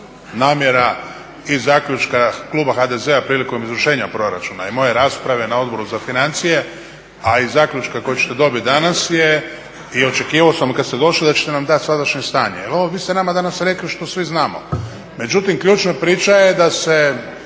namjera iz zaključka kluba HDZ-a prilikom izvršenja proračuna i moje rasprave na Odboru za financije a i zaključka koji ćete dobiti danas je, i očekivao sam kad ste došli da ćete nam dati sadašnje stanje. Jer ovo, vi ste nama danas rekli što svi znamo. Međutim, ključna priča je da se